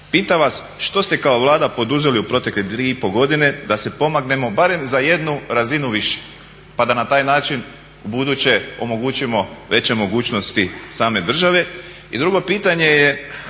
Pitam vas što ste kao Vlada poduzeli u protekle tri i pol godine da se pomaknemo barem za jednu razinu više, pa da na taj način ubuduće omogućimo veće mogućnosti same države. I drugo pitanje je